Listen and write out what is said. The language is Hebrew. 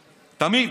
תמיד.